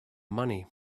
money